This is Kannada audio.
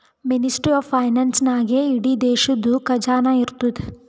ಮಿನಿಸ್ಟ್ರಿ ಆಫ್ ಫೈನಾನ್ಸ್ ನಾಗೇ ಇಡೀ ದೇಶದು ಖಜಾನಾ ಇರ್ತುದ್